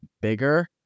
bigger